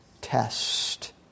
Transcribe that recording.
test